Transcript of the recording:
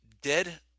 dead